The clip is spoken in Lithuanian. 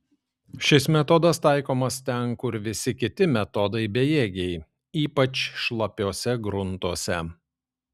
šis metodas taikomas ten kur visi kiti metodai bejėgiai ypač šlapiuose gruntuose